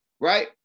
right